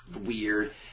Weird